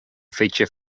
feature